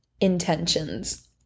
intentions